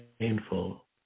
painful